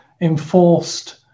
enforced